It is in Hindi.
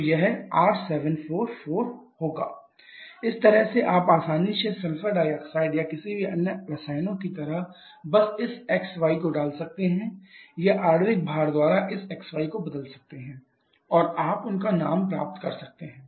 तो यह R744 होगा इस तरह से आप आसानी से सल्फर डाइऑक्साइड या किसी भी अन्य रसायनों की तरह बस इस xy को डाल सकते हैं या आणविक भार द्वारा इस xy को बदल सकते हैं और आप उनका नाम प्राप्त कर सकते हैं